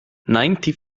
ninety